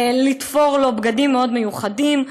הציעו לתפור לו בגדים מאוד מיוחדים,